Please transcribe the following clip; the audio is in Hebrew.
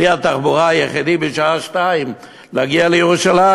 כלי התחבורה היחידי בשעה 14:00 להגיע לירושלים.